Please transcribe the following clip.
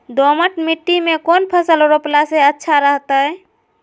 दोमट मिट्टी में कौन फसल रोपला से अच्छा रहतय?